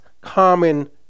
common